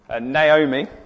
Naomi